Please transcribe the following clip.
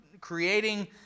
creating